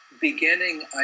beginning